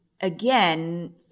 again